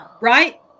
Right